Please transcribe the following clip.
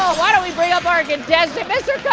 ah why don't we bring up our contestant, mr.